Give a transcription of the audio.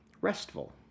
restful